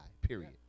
period